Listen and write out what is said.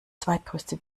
zweitgrößte